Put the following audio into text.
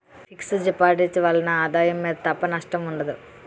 fix deposit ల వలన ఆదాయం మీద తప్ప నష్టం ఉండదు